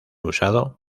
usado